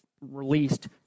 released